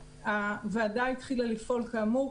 הוועדה התחילה לפעול, כאמור.